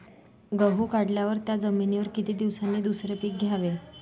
गहू काढल्यावर त्या जमिनीवर किती दिवसांनी दुसरे पीक घ्यावे?